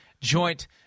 Joint